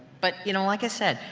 but you know like i said,